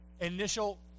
initial